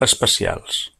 especials